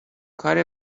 کار